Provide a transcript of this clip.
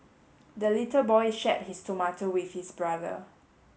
the little boy shared his tomato with his brother